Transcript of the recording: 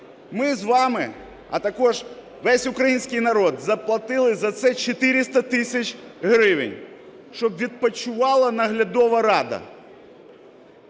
Ми з вами, а також весь український народ, заплатили за це 400 тисяч гривень, щоб відпочивала наглядова рада.